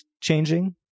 changing